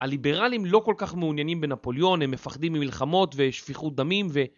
הליברלים לא כל כך מעוניינים בנפוליאון, הם מפחדים ממלחמות ושפיכות דמים ו...